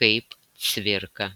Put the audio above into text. kaip cvirka